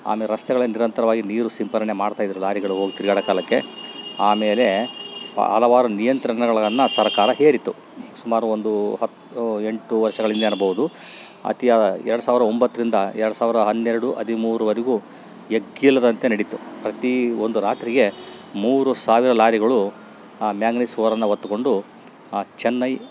ಆಮೆ ರಸ್ತೆಗಳೆ ನಿರಂತರವಾಗಿ ನೀರು ಸಿಂಪಡ್ಣೆ ಮಾಡ್ತಾ ಇದ್ರು ದಾರಿಗಳು ಹೋಗಿ ತಿರುಗಾಡೊ ಕಾಲಕ್ಕೆ ಆಮೇಲೆ ಸ್ವಾಲವಾರು ನಿಯಂತ್ರಣಗಳಗನ್ನು ಸರ್ಕಾರ ಹೇರಿತ್ತು ಸುಮಾರು ಒಂದು ಹತ್ತು ಎಂಟು ವರ್ಷಗಳಿಂದೆ ಅನಬೌದು ಅತಿಯಾದ ಎರ್ಡು ಸಾವಿರ ಒಂಬತ್ತರಿಂದ ಎರ್ಡು ಸಾವಿರ ಹನ್ನೆರಡು ಹದಿಮೂರವರೆಗೂ ಎಕ್ಕಿಲ್ಲದಂತೆ ನಡಿತು ಪ್ರತಿ ಒಂದು ರಾತ್ರಿಗೆ ಮೂರು ಸಾವಿರ ಲಾರಿಗಳು ಆ ಮ್ಯಾಂಗ್ನೀಸ್ ಓರ್ ಅನ್ನು ಹೊತ್ತುಕೊಂಡು ಚೆನ್ನೈ